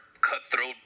cutthroat